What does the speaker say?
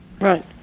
Right